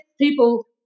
people